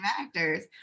actors